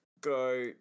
go